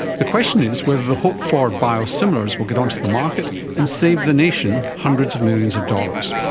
the question is whether the hoped-for biosimilars will get onto the market and save the nation hundreds of millions of dollars.